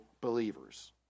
believers